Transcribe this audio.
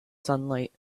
sunlight